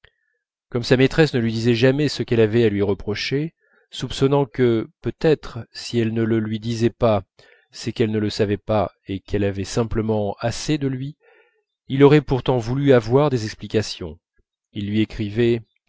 comme sa maîtresse ne lui disait jamais ce qu'elle avait à lui reprocher soupçonnant que peut-être si elle ne le disait pas c'est qu'elle ne le savait pas et qu'elle avait simplement assez de lui il aurait pourtant voulu avoir des explications il lui écrivait